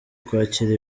kwakira